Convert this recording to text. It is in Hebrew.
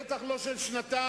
בטח לא של שנתיים,